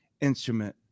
instrument